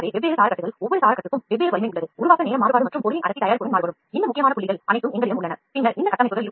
வெவ்வேறு scaffoldகள் வெவ்வேறு வலிமை உருவாக்க நேரம் மற்றும் பொருளின் அடர்த்தியைக் கொண்டிருக்கும்